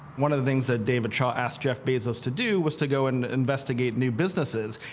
one of the things that david shaw asked jeff bezos to do was to go and investigate new businesses,